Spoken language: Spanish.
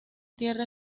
tierra